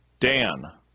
Dan